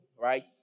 right